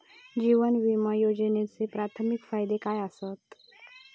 जीवन विमा योजनेचे प्राथमिक फायदे काय आसत?